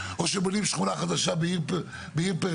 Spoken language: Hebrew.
או שבונים שכונה חדשה בעיר פריפריאלית.